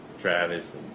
Travis